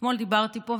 אתמול דיברתי פה,